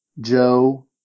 Joe